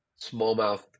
smallmouth